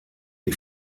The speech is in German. die